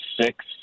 six